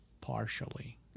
partially